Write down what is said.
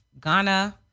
Ghana